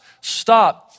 stop